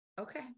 Okay